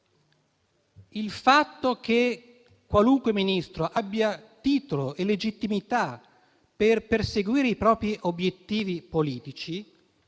il fatto che qualunque Ministro abbia titolo e legittimità per perseguire i propri obiettivi politici